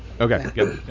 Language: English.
Okay